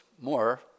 more